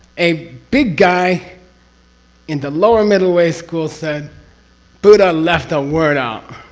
a big guy in the lower middle way school said buddha left a word out.